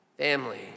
Family